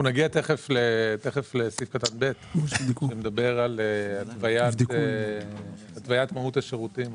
אנחנו נגיע תכף לסעיף קטן (ב) שמדבר על התוויית כמות השירותים,